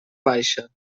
baixa